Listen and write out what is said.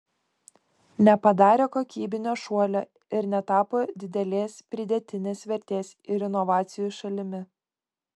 nepadarė kokybinio šuolio ir netapo didelės pridėtinės vertės ir inovacijų šalimi